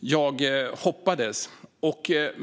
jag hoppades.